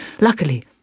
Luckily